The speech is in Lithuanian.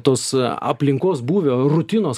tos aplinkos būvio rutinos